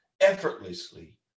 effortlessly